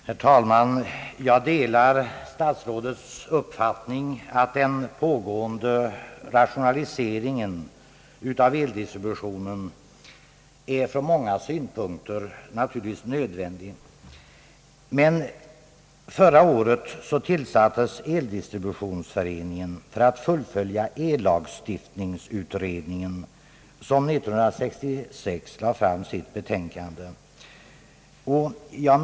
Herr talman! Jag delar statsrådets uppfattning att den pågående rationaliseringen av eldistributionen ur många synpunkter är nödvändig, men förra året tillsattes eldistributionsutredningen för att fullfölja ellagstiftningsutredningen som 1966 lade fram sitt betänkande.